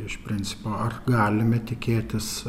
iš principo ar galime tikėtis